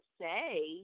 say